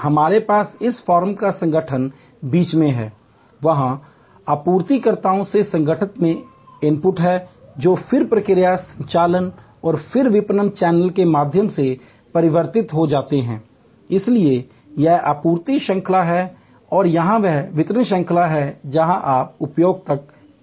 इसलिए हमारे पास इस फर्म का संगठन बीच में है वहाँ आपूर्तिकर्ताओं से संगठन में इनपुट हैं जो फिर प्रक्रिया संचालन और फिर विपणन चैनल के माध्यम से परिवर्तित हो जाते हैं इसलिए यह आपूर्ति श्रृंखला है और यह वितरण श्रृंखला है जहाँ आप उपभोक्ता तक पहुंचते हैं